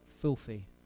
filthy